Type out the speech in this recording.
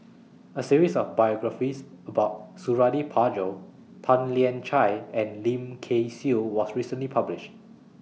A series of biographies about Suradi Parjo Tan Lian Chye and Lim Kay Siu was recently published